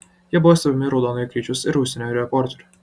jie buvo stebimi raudonojo kryžiaus ir užsienio reporterių